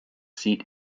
seat